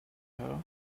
her